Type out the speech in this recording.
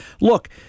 Look